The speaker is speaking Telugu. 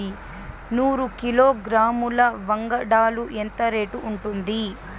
నూరు కిలోగ్రాముల వంగడాలు ఎంత రేటు ఉంటుంది?